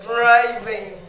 Driving